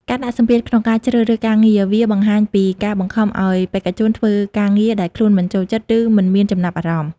ការដាក់សម្ពាធក្នុងការជ្រើសរើសការងារវាបង្ហាញពីការបង្ខំឲ្យបេក្ខជនធ្វើការងារដែលខ្លួនមិនចូលចិត្ត ឬមិនមានចំណាប់អារម្មណ៍។